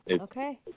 Okay